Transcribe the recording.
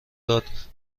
داد